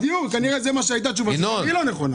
הדיון כנראה זו הייתה תשובתך, והיא לא נכונה.